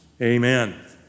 Amen